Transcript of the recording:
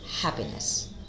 happiness